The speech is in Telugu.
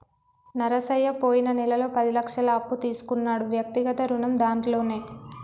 నరసయ్య పోయిన నెలలో పది లక్షల అప్పు తీసుకున్నాడు వ్యక్తిగత రుణం దాంట్లోనే